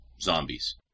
zombies